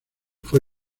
fue